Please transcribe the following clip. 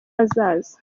hazaza